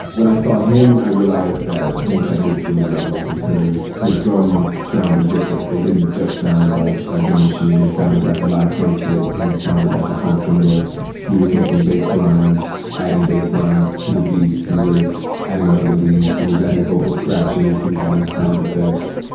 when i saw him i realized that things had moved to a new level because his drums sounded different, they didn't just sound like a drum machine, they sounded like a live drum kit. he sounded like a funk drummer he was making baselines, adding baselines to the beats, he was adding melodies, he was adding vocal scratches, he was adding sound effects.